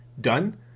done